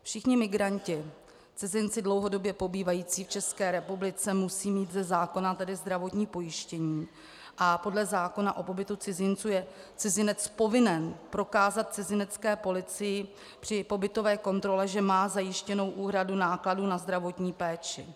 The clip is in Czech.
Všichni migranti, cizinci dlouhodobě pobývající v České republice, musí tedy mít ze zákona zdravotní pojištění a podle zákona o pobytu cizinců je cizinec povinen prokázat cizinecké policii při pobytové kontrole, že má zajištěnou úhradu nákladů na zdravotní péči.